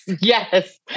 Yes